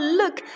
look